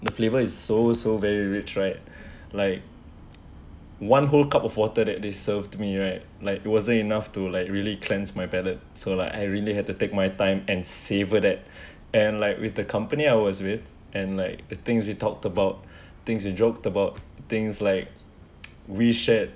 the flavour is so so very rich right like one whole cup of water that they served me right like it wasn't enough to like really cleanse my palate so like I really had to take my time and savour that and like with the company I was with and like the things we talked about things we joked about things like we shared